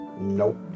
nope